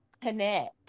connect